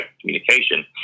communication